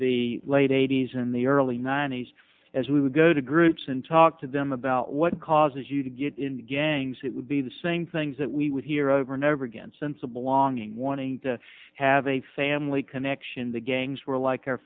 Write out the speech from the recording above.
the late eighty's in the early ninety's as we would go to groups and talk to them about what causes you to get in gangs that would be the same things that we would hear over and over again sensible longing warning to have a family connection the gangs were like our